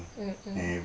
mm mm